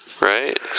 Right